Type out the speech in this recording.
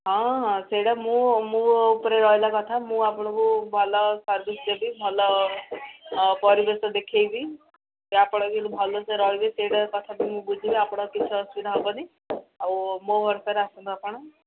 ହଁ ହଁ ସେଇଟା ମୁଁ ମୋ ଉପରେ ରହିଲା ସେ କଥା ମୁଁ ଆପଣଙ୍କୁ ଭଲ ସର୍ଭିସ୍ ଦେବି ଭଲ ଅ ପରିବେଶ ଦେଖାଇବି ଯାହା ଫଳରେ କି ଭଲ ସେ ରହିବେ ସେଇଟା କଥା ବି ମୁଁ ବୁଝିବି ଆପଣଙ୍କୁ କିଛି ଅସୁବିଧା ହବନି ଆଉ ମୋ ଭରସାରେ ଆସନ୍ତୁ ଆପଣ